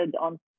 on